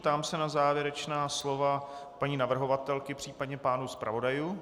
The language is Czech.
Ptám se na závěrečná slova paní navrhovatelky, případně pánů zpravodajů.